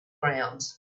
ground